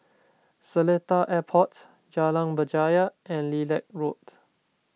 Seletar Airport Jalan Berjaya and Lilac Road